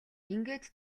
ингээд